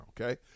okay